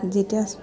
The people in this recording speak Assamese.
যেতিয়া